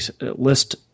list